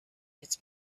its